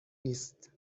نیست